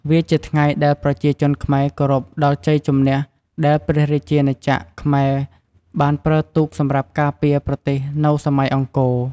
វាជាថ្ងៃដែលប្រជាជនខ្មែរគោរពដល់ជ័យជំនះដែលព្រះរាជាណាចក្រខ្មែរបានប្រើទូកសម្រាប់ការពារ ប្រទេសនៅសម័យអង្គរ។